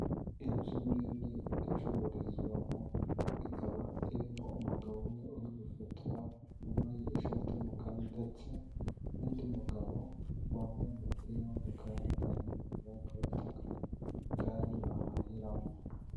Inzu nini icururizwamo, ikaba irimo umugabo umwe uri gufotora, wambaye ishati y'umukara ndetse n'undi mugabo wambaye umupira w'umukara n'ipantaro y'umukara akaba afite akagare bahahiramo.